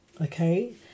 okay